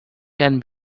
can